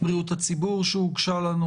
הציבור שהוגשה לנו.